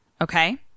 Okay